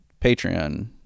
Patreon